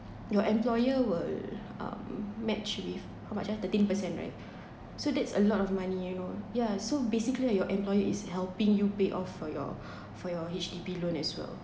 your employer will um match with how much ah thirteen per cent right so that's a lot of money you know yeah so basically your employer is helping you pay off for your for your H_D_B loan as well